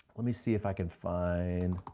let me see if i can find,